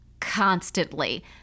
constantly